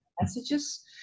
messages